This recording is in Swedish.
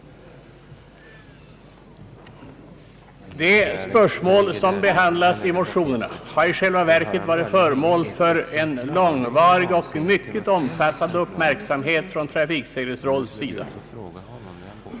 De spörsmål som behandlas i motionerna har i själva verket varit föremål för en långvarig och mycket omfattande uppmärksamhet från trafiksäkerhetsrådets sida.